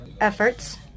efforts